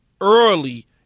early